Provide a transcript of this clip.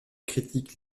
critique